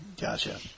Gotcha